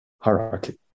hierarchy